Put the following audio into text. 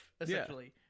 essentially